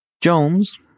Jones